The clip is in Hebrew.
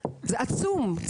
זה עצום,